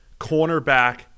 cornerback